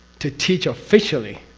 to teach officially,